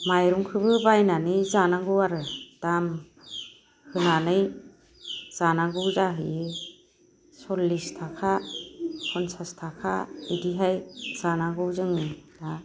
माइरंखोबो बायनानै जानांगौ आरो दाम होनानै जानांगौ जाहैयो सल्लिस थाखा फन्सास थाखा इदिहाय जानांगौ जोङो मा